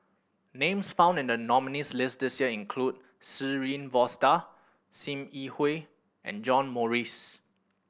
names found in the nominees' list this year include Shirin Fozdar Sim Yi Hui and John Morrice